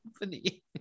company